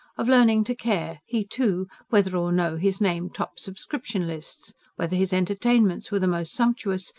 of learning to care, he, too, whether or no his name topped subscription-lists whether his entertainments were the most sumptuous,